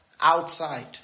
outside